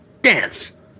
Dance